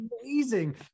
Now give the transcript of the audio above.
amazing